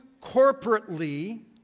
corporately